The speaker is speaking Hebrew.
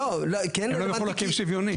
לא מקסימום/מינימום.